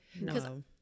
no